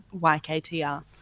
YKTR